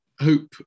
hope